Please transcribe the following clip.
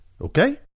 Okay